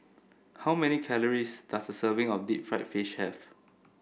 how many calories does a serving of Deep Fried Fish have